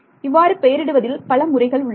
இவ்வாறு பெயரிடுவதில் பல முறைகள் உள்ளன